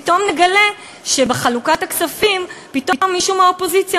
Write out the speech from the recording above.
פתאום נגלה שבחלוקת הכספים פתאום מישהו מהאופוזיציה